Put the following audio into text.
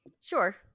Sure